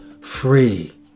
free